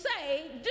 say